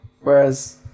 whereas